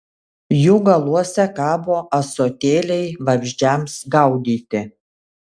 jų galuose kabo ąsotėliai vabzdžiams gaudyti